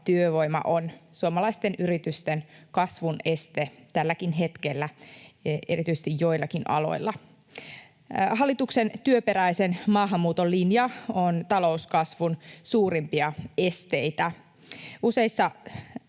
työvoiman puute on suomalaisten yritysten kasvun este tälläkin hetkellä, erityisesti joillakin aloilla. Hallituksen työperäisen maahanmuuton linja on talouskasvun suurimpia esteitä. Useissa